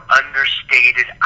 understated